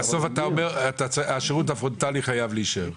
בסוף אתה אומר שהשירות הפרונטלי חייב להישאר.